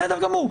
בסדר גמור.